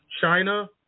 china